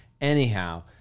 Anyhow